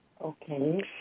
Okay